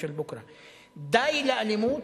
די לאלימות.